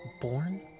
born